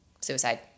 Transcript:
suicide